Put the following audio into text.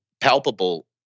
palpable